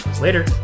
Later